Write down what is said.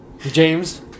James